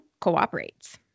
cooperates